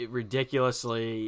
ridiculously